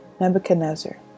nebuchadnezzar